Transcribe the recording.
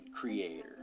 creator